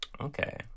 Okay